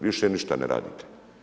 Više ništa ne radite.